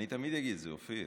אני תמיד אגיד את זה, אופיר.